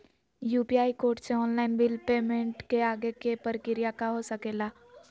UPI code से online bill payment के आगे के प्रक्रिया का हो सके ला?